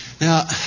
Now